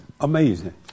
Amazing